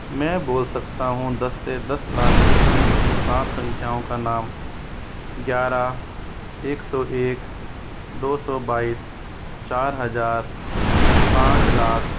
मैं बोल सकता हूँ दस से दस लाख के बीच की पाँच संखियाओं का नाम ग्यारह एक सौ एक दो सौ बाईस चार हज़ार पाँच लाख